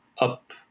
up